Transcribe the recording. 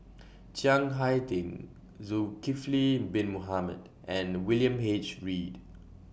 Chiang Hai Ding Zulkifli Bin Mohamed and William H Read